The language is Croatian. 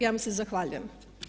Ja vam se zahvaljujem.